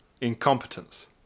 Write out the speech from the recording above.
incompetence